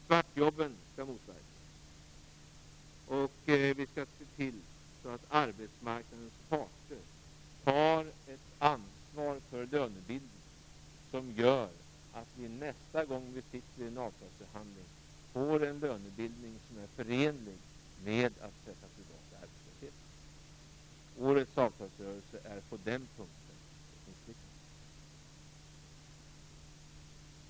Svartjobben skall motverkas, och vi skall se till att arbetsmarknadens parter tar ett ansvar för lönebildningen som gör att vi nästa gång som vi sitter i en avtalsförhandling får en lönebildning som är förenlig med att pressa tillbaka arbetslösheten. Årets avtalsrörelse är på den punkten ett misslyckande.